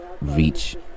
reach